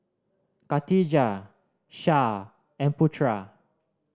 Khatijah Syah and Putera